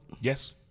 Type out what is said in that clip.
Yes